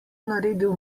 naredil